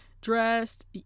dressed